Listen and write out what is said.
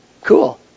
Cool